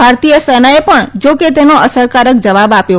ભારતીય સેનાએ ણ જા કે તેનો અસરકારક જવાબ આપ્યો